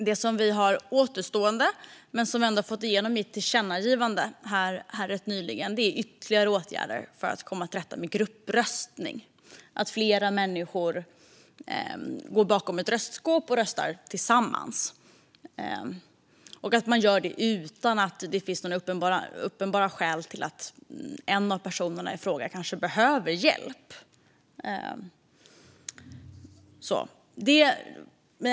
Det som återstår men som vi ganska nyligen ändå har fått igenom ett tillkännagivande om är ytterligare åtgärder för att komma till rätta med gruppröstning, att flera människor går bakom ett röstbås och röstar tillsammans utan att det finns uppenbara skäl för att en av personerna kanske behöver hjälp.